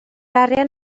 arian